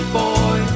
boy